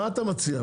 מה אתה מציע?